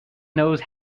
knows